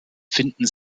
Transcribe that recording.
finden